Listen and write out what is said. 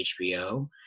HBO